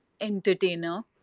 entertainer